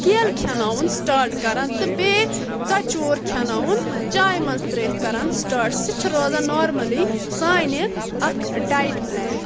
کیلہٕ کھٮ۪اناون سٹاٹ کران تہٕ بیٚیہِ ژۄچوور کھٮ۪اناوُن چایہِ منٛز ترٛٲیِتھ کران سٹاٹ سُہ چھُ روزان نورملی سانہِ اکھ ڈایٹ پلان